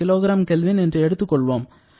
006 kJkgK என்று எடுத்துக்கொள்வோம்